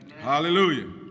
Hallelujah